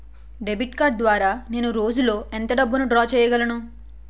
Debit card ద్వారా నేను రోజు లో ఎంత డబ్బును డ్రా చేయగలను?